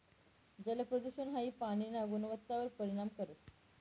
जलप्रदूषण हाई पाणीना गुणवत्तावर परिणाम करस